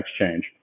exchange